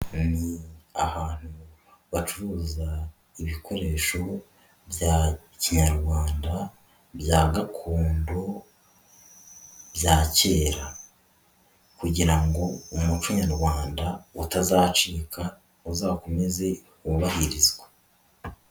Ni ahantu bacuruza ibikoresho bya kinyarwanda, bya gakondo, bya kera kugira ngo umuco Nyarwanda utazacika, uzakomeze wubahirizwe.